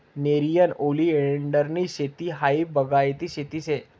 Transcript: नेरियन ओलीएंडरनी शेती हायी बागायती शेती शे